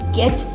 get